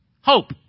hope